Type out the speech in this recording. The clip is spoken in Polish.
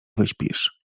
wyśpisz